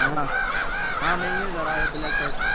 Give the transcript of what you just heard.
हाँ हाँ में ही हूँ इधर आजाओ ब्लैक शर्ट में